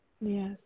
Yes